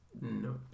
No